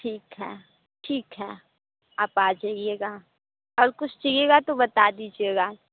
ठीक है ठीक है आप आ जाइएगा और कुछ चाहिएगा तो बता दीजिएगा